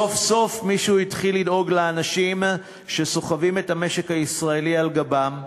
סוף-סוף מישהו התחיל לדאוג לאנשים שסוחבים את המשק הישראלי על גבם,